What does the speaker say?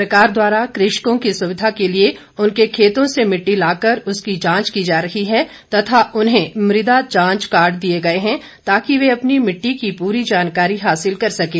सरकार द्वारा कृषकों की सुविधा के लिए उनके खेतों से मिट्टी लाकर उसकी जांच की जा रही है तथा उन्हें मृदा जांच कार्ड दिए गए हैं ताकि वे अपनी मिट्टी की पूरी जानकारी हासिल कर सकें